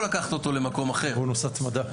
לקחת אותו למקום אחר --- בונוס התמדה.